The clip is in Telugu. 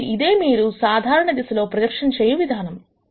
కాబట్టి ఇదే మీరు సాధారణ దిశలలో ప్రొజెక్షన్ చేయు విధానము